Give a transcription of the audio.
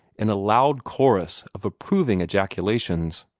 in a loud chorus of approving ejaculations.